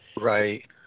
Right